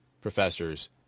professors